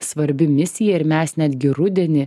svarbi misija ir mes netgi rudenį